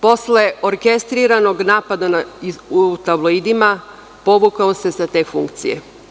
Posle orkestriranog napada u tabloidima povukao se sa te funkcije.